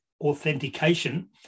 authentication